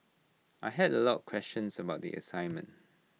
I had A lot questions about the assignment